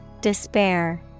despair